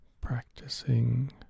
practicing